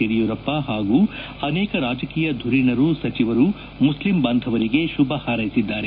ಯಡಿಯೂರಪ್ಪ ಹಾಗೂ ಅನೇಕ ರಾಜಕೀಯ ದುರೀಣರು ಸಚಿವರು ಮುಸ್ಲಿಂ ಬಾಂಧವರಿಗೆ ಶುಭ ಹಾರ್ಯೆಸಿದ್ದಾರೆ